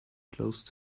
close